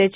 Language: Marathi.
एच